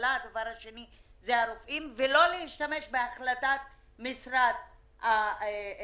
רופא בית חולים לרופא קהילה או לרופא משרד הבריאות.